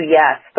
yes